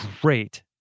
great